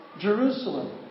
Jerusalem